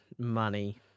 Money